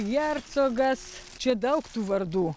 hercogas čia daug tų vardų